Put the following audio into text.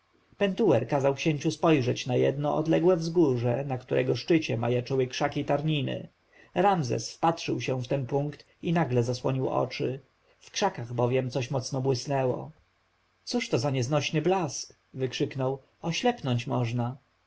pentuer kazał księciu spojrzeć na jedno odległe wzgórze na którego szczycie majaczyły krzaki tarniny ramzes wpatrzył się w ten punkt i nagle zasłonił oczy w krzakach bowiem coś mocno błysnęło cóż to za nieznośny blask wykrzyknął oślepnąć można